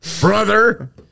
Brother